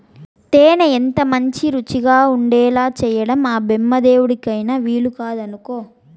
తేనె ఎంతమంచి రుచిగా ఉండేలా చేయడం ఆ బెమ్మదేవుడికైన వీలుకాదనుకో